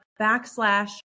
backslash